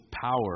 power